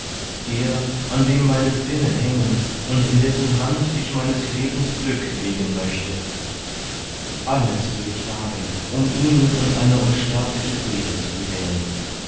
er an dem meine sinne hängen und in dessen hand ich meines lebens glück legen möchte alles will ich wagen um ihn und eine unsterbliche seele zu gewinnen